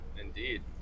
indeed